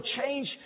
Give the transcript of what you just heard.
change